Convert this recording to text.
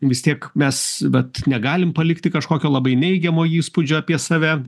vis tiek mes vat negalim palikti kažkokio labai neigiamo įspūdžio apie save